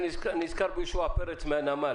אני נזכר ביהושע פרץ מהנמל,